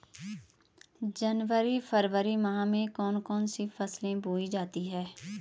जनवरी फरवरी माह में कौन कौन सी फसलें बोई जाती हैं?